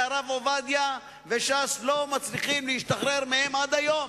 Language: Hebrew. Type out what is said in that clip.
והרב עובדיה וש"ס לא מצליחים להשתחרר מהם עד היום,